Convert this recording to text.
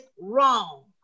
wrong